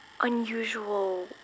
unusual